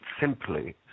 simply